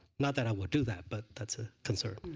not that i would do that, but that's a concern.